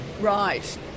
Right